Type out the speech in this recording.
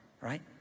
right